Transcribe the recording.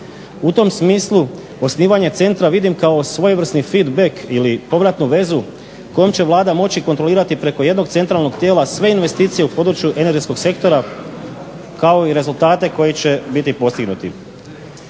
U tom smislu osnivanje centra vidim kao svojevrsni feedback ili povratnu vezu kojom će Vlada moći kontrolirati preko jednog centralnog tijela sve investicije u području energetskog sektora kao i rezultate koji će biti postignuti.